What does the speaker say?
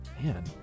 Man